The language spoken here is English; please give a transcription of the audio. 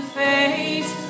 face